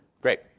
great